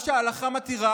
מה שההלכה מתירה,